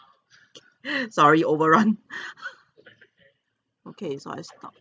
sorry overrun okay so I stop